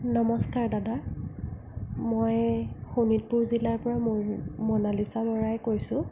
নমস্কাৰ দাদা মই শোণিতপুৰ জিলাৰ পৰা ম মনালিছা বৰাই কৈছোঁ